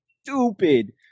stupid